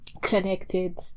connected